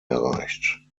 erreicht